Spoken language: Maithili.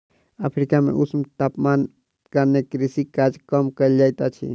अफ्रीका मे ऊष्ण तापमानक कारणेँ कृषि काज कम कयल जाइत अछि